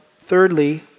Thirdly